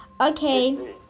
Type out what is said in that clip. Okay